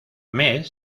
mes